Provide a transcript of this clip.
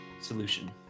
Solution